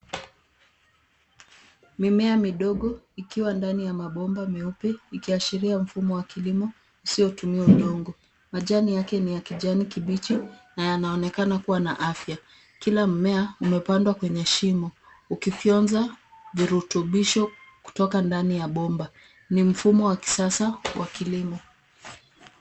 Mimea midogo ikiwa ndani ya mabomba meupe ikiashiria mfumo wa kilimo usiotumia udongo. Majani yake ni ya kijani kibichi na yanaonekana kuwa na afya. Kila mmea umepandwa kwenye shimo ukifyonza virutubisho kutoka ndani ya bomba. Ni mfumo wa kisasa wa kilimo.